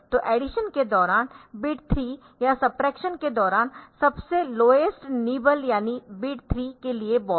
तो एडीशन के दौरान बिट 3 या सब्ट्रैक्शन के दौरान सबसे लोएस्ट निबल यानी बिट 3 के लिए बॉरो